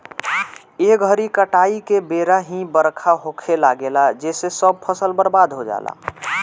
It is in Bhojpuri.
ए घरी काटाई के बेरा ही बरखा होखे लागेला जेसे सब फसल बर्बाद हो जाला